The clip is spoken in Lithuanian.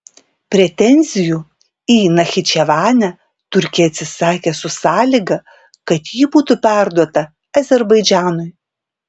pretenzijų į nachičevanę turkija atsisakė su sąlyga kad ji būtų perduota azerbaidžanui